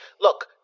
look